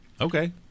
Okay